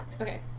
Okay